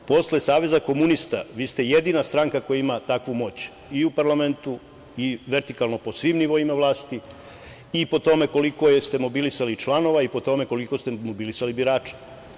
Posle Saveza komunista, vi ste jedina stranka koja ima takvu moć i u parlamentu i vertikalno po svim nivoima vlasti i po tome koliko jeste mobilisali članova i po tome koliko ste mobilisali birača.